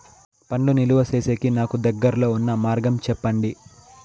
పండ్లు నిలువ సేసేకి నాకు దగ్గర్లో ఉన్న మార్గం చెప్పండి?